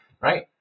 right